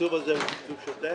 והתקצוב הזה הוא תקצוב שוטף?